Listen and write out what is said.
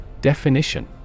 Definition